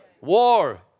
War